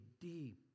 deep